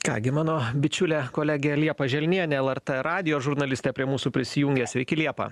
ką gi mano bičiulė kolegė liepa želnienė lrt radijo žurnalistė prie mūsų prisijungė sveiki liepa